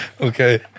Okay